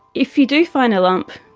if you do find a lump,